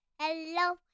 hello